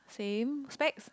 same specs